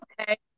okay